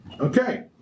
Okay